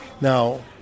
Now